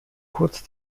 kurz